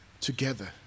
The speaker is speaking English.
together